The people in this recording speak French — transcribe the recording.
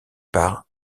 par